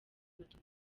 abatutsi